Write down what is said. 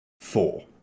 four